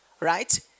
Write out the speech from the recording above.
right